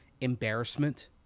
embarrassment